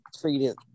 treated